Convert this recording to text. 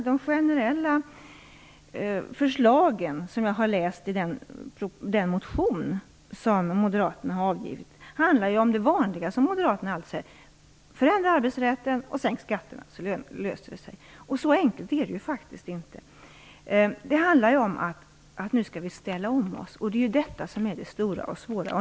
De generella förslagen som jag har läst i den motion som Moderaterna har avgivit handlar ju om det vanliga som Moderaterna alltid säger: Förändra arbetsrätten och sänk skatterna, så löser det sig. Så enkelt är det faktiskt inte. Det handlar ju om att vi nu skall ställa om oss. Det är detta som är det stora och svåra.